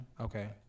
okay